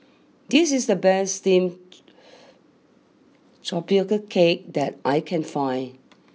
this is the best Steamed Tapioca Cake that I can find